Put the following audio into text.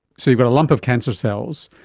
so you've got a lump of cancer cells,